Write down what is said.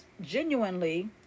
genuinely